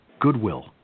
Goodwill